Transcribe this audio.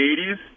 80s